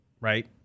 right